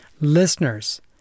Listeners